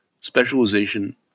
Specialization